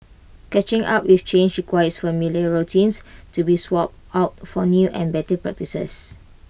catching up with change requires familiar routines to be swapped out for new and better practices